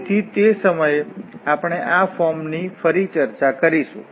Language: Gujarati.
તેથી તે સમયે આપણે આ ફોર્મની ફરી ચર્ચા કરીશું